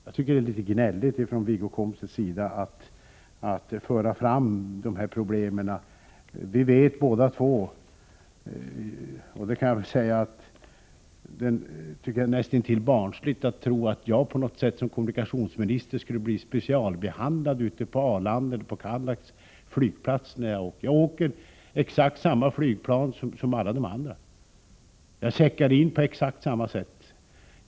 Jag tycker att det är gnälligt av Wiggo Komstedt att föra fram dessa problem, och det är nästan barnsligt att tro att jag som kommunikationsminister på något sätt skulle bli specialbehandlad på Arlanda eller på Kallax. Jag åker i samma flygplan som alla andra och jag checkar in på exakt samma sätt.